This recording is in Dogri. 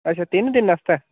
अच्छा तिन दिन आस्तै